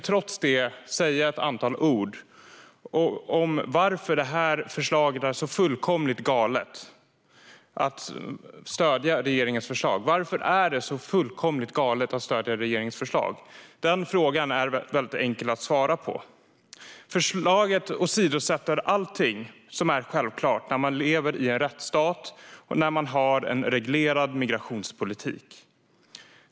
Trots det tänker jag säga några ord om varför det är så fullkomligt galet att stödja regeringens förslag. Varför är det så fullkomligt galet att göra det? Den frågan är väldigt enkel att svara på. Förslaget åsidosätter allting som är självklart när man lever i en rättsstat och när man har en reglerad migrationspolitik.